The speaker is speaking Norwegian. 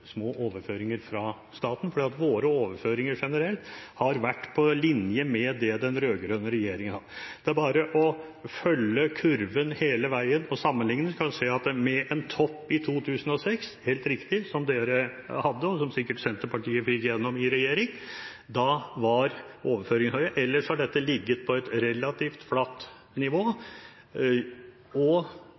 små overføringer fra staten, for våre overføringer generelt har vært på linje med den rød-grønne regjeringens overføringer. Det er bare å følge kurven hele veien og sammenlikne, så kan man se at det var en topp i 2006 – som dere helt riktig hadde, og som sikkert Senterpartiet fikk gjennom i regjering, da var overføringene høye – og at dette ellers har ligget på et relativt flatt nivå, og